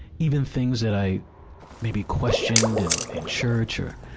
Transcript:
even things that i maybe questioned in, in church or,